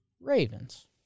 Ravens